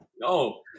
No